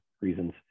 reasons